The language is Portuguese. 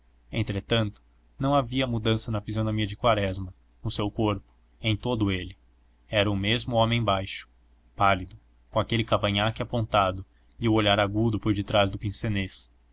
entretanto não havia mudança na fisionomia de quaresma no seu corpo em todo ele era o mesmo homem baixo pálido com aquele cavanhaque apontado e o olhar agudo por detrás do pince-nez nem